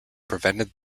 prevented